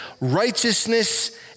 righteousness